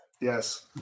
Yes